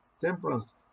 temperance